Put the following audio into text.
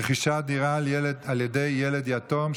רכישת דירה על ידי ילד יתום),